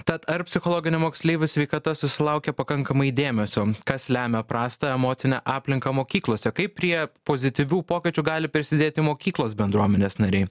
tad ar psichologinė moksleivių sveikata susilaukia pakankamai dėmesio kas lemia prastą emocinę aplinką mokyklose kaip prie pozityvių pokyčių gali prisidėti mokyklos bendruomenės nariai